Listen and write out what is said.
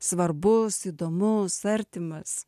svarbus įdomus artimas